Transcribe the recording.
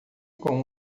com